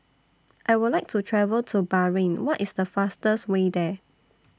I Would like to travel to Bahrain What IS The fastest Way There